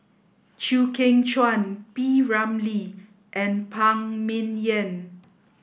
Chew Kheng Chuan P Ramlee and Phan Ming Yen